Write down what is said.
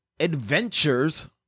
Adventures